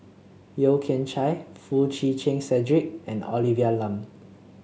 Yeo Kian Chye Foo Chee Keng Cedric and Olivia Lum